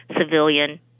civilian